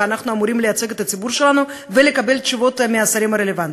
ואנחנו אמורים לייצג את הציבור שלנו ולקבל תשובות מהשרים הרלוונטיים.